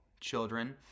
children